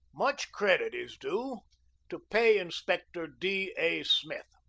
much credit is due to pay-inspector d. a. smith,